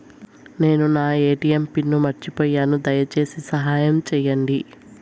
నేను నా ATM pin మర్చిపోయాను, దయచేసి సహాయం చేయండి